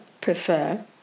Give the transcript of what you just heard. prefer